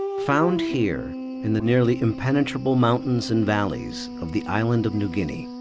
found here in the nearly impenetrable mountains and valleys of the island of new guinea,